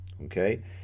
okay